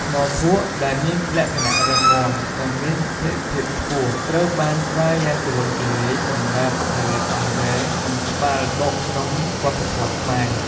ថ្មភក់ដែលមានលក្ខណៈរឹងមាំ និងមានស្ថេរភាពខ្ពស់ ត្រូវបានប្រើយ៉ាងទូលំទូលាយសម្រាប់ផលិតអង្រែ និងត្បាល់បុកក្នុងវប្បធម៌ខ្មែរ។